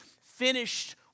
finished